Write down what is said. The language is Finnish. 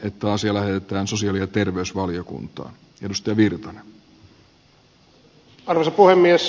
tämä asia on erinomainen sinänsä